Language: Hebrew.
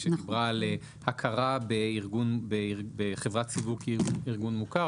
שדיברה על הכרה בחברת סיווג כארגון מוכר.